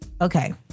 Okay